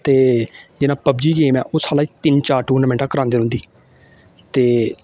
ते जियां PUBG game ऐ ओह् साढ़े तिन्न चार टूर्नामेंटां करांदे रौंह्दी ते